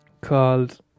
called